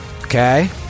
Okay